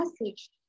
message